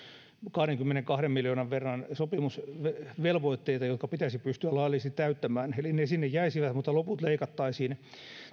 kahdenkymmenenkahden miljoonan verran sopimusvelvoitteita jotka pitäisi pystyä laillisesti täyttämään eli ne sinne jäisivät mutta loput leikattaisiin